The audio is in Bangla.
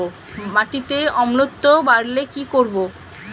মাটিতে অম্লত্ব বাড়লে কি করব?